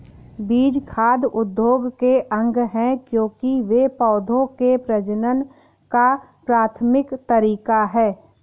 बीज खाद्य उद्योग के अंग है, क्योंकि वे पौधों के प्रजनन का प्राथमिक तरीका है